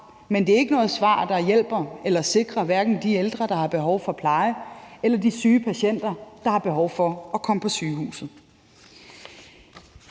men det er ikke noget svar, der hjælper eller sikrer hverken de ældre, der har behov for pleje, eller de syge patienter, der har behov for at komme på sygehuset.